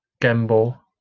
Gamble